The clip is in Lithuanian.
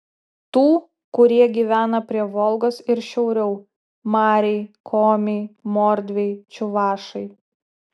tų kurie gyvena prie volgos ir šiauriau mariai komiai mordviai čiuvašai